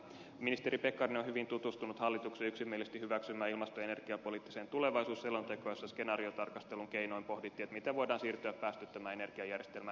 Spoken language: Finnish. ministeri pekkarinen on hyvin tutustunut hallituksen yksimielisesti hyväksymään ilmasto ja energiapoliittiseen tulevaisuusselontekoon jossa skenaariotarkastelun keinoin pohdittiin miten voidaan siirtyä päästöttömään energiajärjestelmään